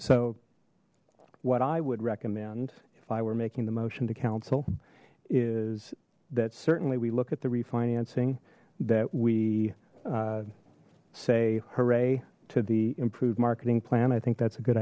so what i would recommend if i were making the motion to counsel is that certainly we look at the refinancing that we say hooray to the improved marketing plan i think that's a good